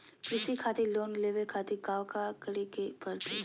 कृषि खातिर लोन लेवे खातिर काका करे की परतई?